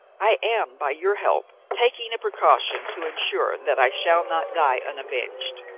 i am, by your help, taking a precaution to ensure that i shall not die unavenged.